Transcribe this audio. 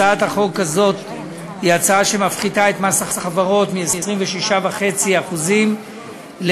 216). הצעת החוק הזו היא הצעה שמפחיתה את מס החברות מ-26.5% ל-25%.